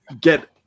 get